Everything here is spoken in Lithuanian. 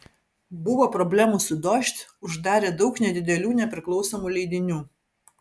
buvo problemų su dožd uždarė daug nedidelių nepriklausomų leidinių